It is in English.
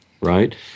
right